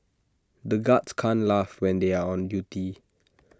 the guards can't laugh when they are on duty